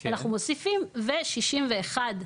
אז אנחנו מוסיפים "ו-61(ד)",